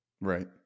Right